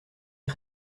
est